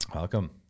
Welcome